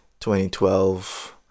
2012